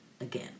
again